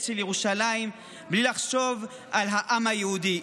של ירושלים בלי לחשוב על העם היהודי.